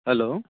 hello